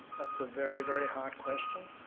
that's a very very hard question.